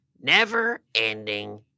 Never-ending